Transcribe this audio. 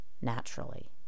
naturally